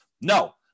no